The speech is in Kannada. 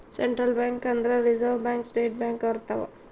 ಸೆಂಟ್ರಲ್ ಬ್ಯಾಂಕ್ ಅಂದ್ರ ರಿಸರ್ವ್ ಬ್ಯಾಂಕ್ ಸ್ಟೇಟ್ ಬ್ಯಾಂಕ್ ಬರ್ತವ